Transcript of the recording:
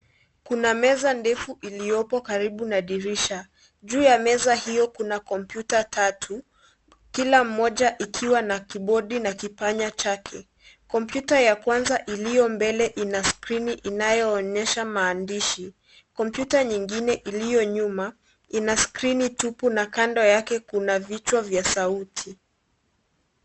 Kuna meza ndefu iliyopo karibu na dirisha. Juu ya meza hiyo kuna kompyuta tatu, kila mmoja ikiwa na kibodi na kipanya chake. Kompyuta ya kwanza iliyo mbele ina skrini inayoonyesha maandishi. Kompyuta nyingine iliyo nyuma ina skrini tupu na kando yake kuna vichwa vya sauti.